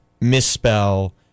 misspell